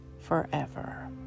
Forever